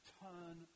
turn